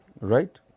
Right